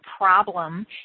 problem